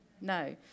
No